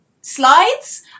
slides